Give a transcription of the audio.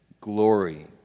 glory